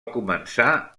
començar